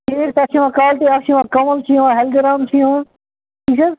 اتھ چھِ یوان کالٹی اکھ چھِ یوان کنٛوَل چھِ یوان ہلدی رام چھ یوان ٹھیٖک چھ حظ